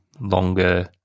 longer